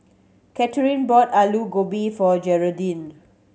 Katherine bought Alu Gobi for Geraldine